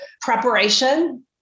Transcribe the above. preparation